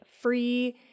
free